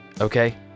Okay